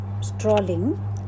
strolling